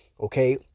okay